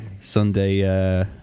Sunday